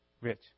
rich